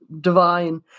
divine